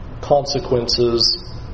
consequences